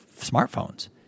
smartphones